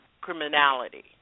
criminality